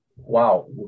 wow